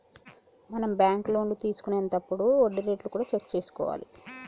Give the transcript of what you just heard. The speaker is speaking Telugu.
మనం బ్యాంకు లోన్లు తీసుకొనేతప్పుడు వడ్డీ రేట్లు కూడా చెక్ చేసుకోవాలి